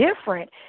different